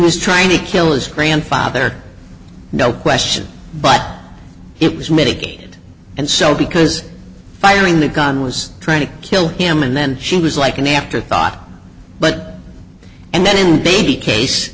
was trying to kill is grandfather no question but it was mitigated and so because firing the gun was trying to kill him and then she was like an afterthought but and then in baby case